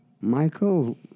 Michael